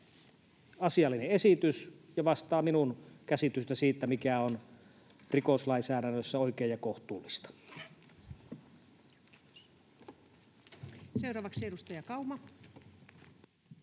asiallinen esitys ja vastaa minun käsitystäni siitä, mikä on rikoslainsäädännössä oikein ja kohtuullista. Seuraavaksi edustaja Kauma.